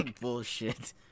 bullshit